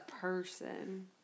person